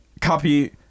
Copy